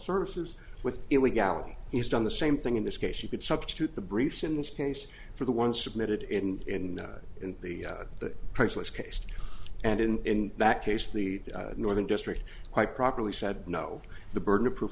services with illegality he's done the same thing in this case you could substitute the briefs in this case for the one submitted in the president's case and in that case the northern district quite properly said no the burden of proof